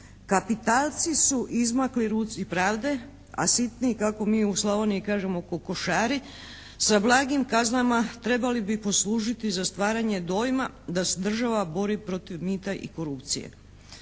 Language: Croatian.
Kapitalci su izmakli ruci pravde a sitni kako mi u Slavoniji kažemo kokošari sa blagim kaznama trebali bi poslužiti za stvaranje dojma da se država bori protiv mita i korupcije.